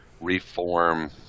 reform